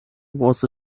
was